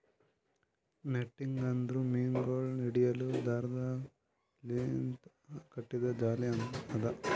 netting ಅಂದುರ್ ಮೀನಗೊಳ್ ಹಿಡಿಲುಕ್ ದಾರದ್ ಲಿಂತ್ ಕಟ್ಟಿದು ಜಾಲಿ ಅದಾ